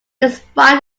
despite